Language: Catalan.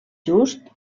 just